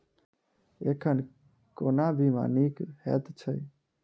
एखन कोना बीमा नीक हएत छै?